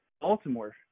Baltimore